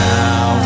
now